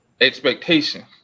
expectation